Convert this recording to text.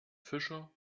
fischer